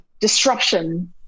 disruption